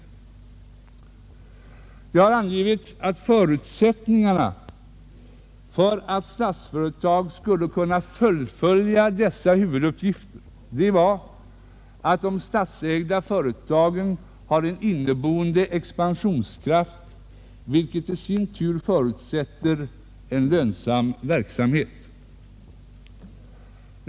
Det har angivits att förutsättningarna för att Statsföretag skulle kunna fullfölja dessa huvuduppgifter var att de statsägda företagen har en inneboende expansionskraft, vilket i sin tur förutsätter en lönsam verksamhet.